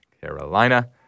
Carolina